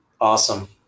Awesome